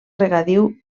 regadiu